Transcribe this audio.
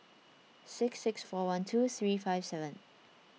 six six four one two three five seven